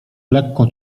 lekko